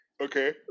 Okay